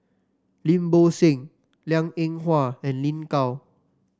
Lim Bo Seng Liang Eng Hwa and Lin Gao